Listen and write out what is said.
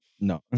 No